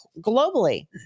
globally